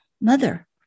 mother